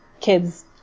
kids